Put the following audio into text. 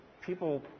people